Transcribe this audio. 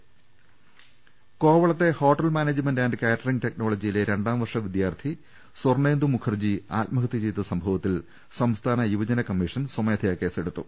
രദ്ദേഷ്ടങ കോവളത്തെ hotel management and catering ടെക്നോളജിയിലെ രണ്ടാംവർഷ വിദ്യാർത്ഥി സ്വർണേന്ദു മുഖർജി ആത്മഹത്യ ചെയ്ത സംഭവ ത്തിൽ സംസ്ഥാന യുവജന കമ്മീഷൻ സ്വമേധയാ കേസെടുത്തു